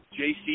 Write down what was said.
JC